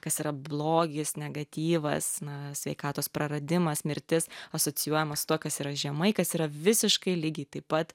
kas yra blogis negatyvas na sveikatos praradimas mirtis asocijuojamas su tuo kas yra žemai kas yra visiškai lygiai taip pat